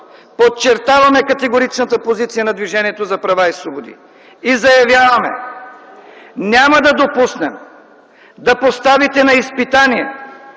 Подчертаваме категоричната позиция на Движението за права и свободи и заявяваме: няма да допуснем да поставите на изпитание